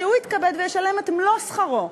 שהוא יתכבד וישלם את מלוא שכרו.